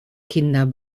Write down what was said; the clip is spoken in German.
kinder